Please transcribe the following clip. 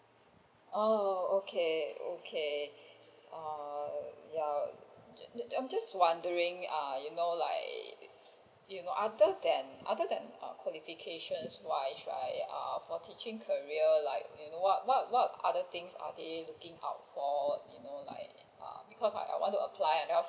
oh okay okay err ya I'm I'm just wondering err you know like other than other than qualification what should I err for teaching career like what what other things are they looking out for you know like because I want to apply